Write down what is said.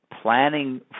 planning